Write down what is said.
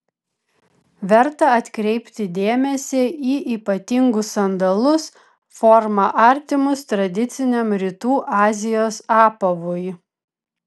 verta atkreipti dėmesį į ypatingus sandalus forma artimus tradiciniam rytų azijos apavui